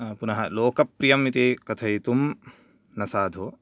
पुनः लोकप्रियम् इति कथयितुं न साधु